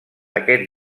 aquest